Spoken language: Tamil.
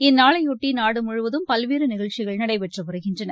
இந்நாளையொட்டி நாடு முழுவதும் பல்வேறு நிகழ்ச்சிகள் நடைபெற்று வருகின்றன